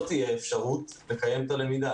לא תהיה אפשרות לקיים את הלמידה.